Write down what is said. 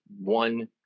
one